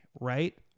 right